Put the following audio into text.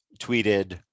tweeted